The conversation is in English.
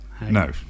no